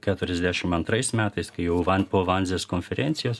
keturiasdešim antrais metais kai jau po vanzės konferencijos